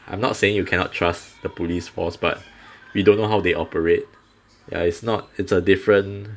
I'm not saying you cannot trust the police force but we don't know how they operate ya it's not it's a different